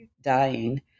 dying